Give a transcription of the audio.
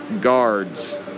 guards